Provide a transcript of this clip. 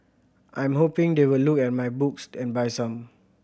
I'm hoping they will look at my books and buy some